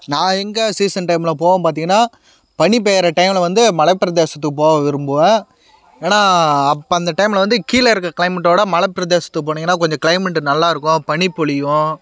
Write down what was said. நான் எங்கே சீசன் டைம்ல போவேன் பார்த்திங்கனா பனி பெய்கிற டைம்ல வந்து மலைப்பிரதேசத்துக்கு போக விரும்புவேன் ஏன்னா அப்போ அந்த டைம்ல வந்து கீழே இருக்க கிளைமேட்டோட மலைப்பிரதேசத்துக்கு போனிங்கனா கொஞ்சம் கிளைமேட் நல்லா இருக்கும் பனி பொழியும்